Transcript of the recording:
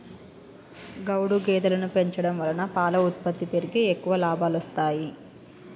గౌడు గేదెలను పెంచడం వలన పాల ఉత్పత్తి పెరిగి ఎక్కువ లాభాలొస్తాయి